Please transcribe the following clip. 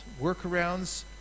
Workarounds